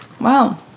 wow